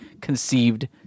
conceived